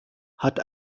hat